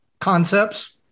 concepts